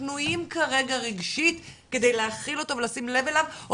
פנויים כרגע רגשית כדי להכיל אותו ולשים לב אליו או